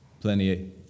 plenty